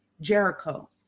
Jericho